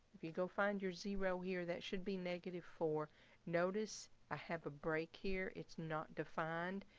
if you go find your zero here that should be negative four notice i have a break here. it's not defined.